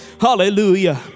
hallelujah